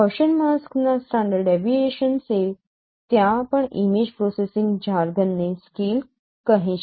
Gaussian માસ્કના standard ડેવીએશન્સએ ત્યાં પણ ઇમેજ પ્રોસેસીંગ જાર્ગન ને સ્કેલ કહે છે